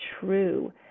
true